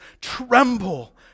Tremble